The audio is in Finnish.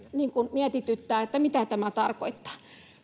mietityttää että mitä tämä tarkoittaa